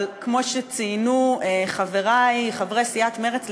אבל כמו שציינו חברי חברי סיעת מרצ לפני,